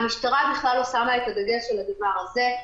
המשטרה בכלל לא שמה את הדגש על הדבר הזה.